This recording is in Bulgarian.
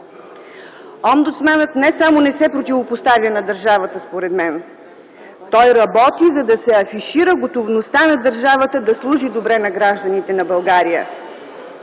Омбудсманът не само не се противопоставя на държавата, според мен, той работи, за да се афишира готовността на държавата да служи добре на гражданите на България.